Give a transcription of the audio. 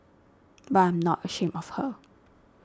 but I'm not ashamed of her